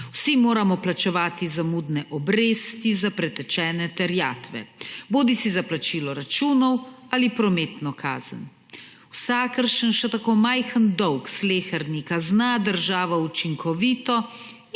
Vsi moramo plačevati zamudne obresti za pretečene terjatve, bodisi za plačilo računov bodisi za prometno kazen. Vsakršen, še tako majhen dolg slehernika zna država učinkovito